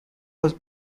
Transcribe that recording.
was